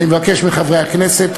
אני מבקש מחברי הכנסת,